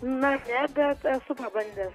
na ne bet esu pabandęs